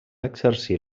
exercir